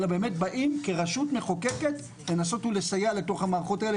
אלא באמת באים כרשות מחוקקת לנסות ולסייע לתוך המערכות האלה,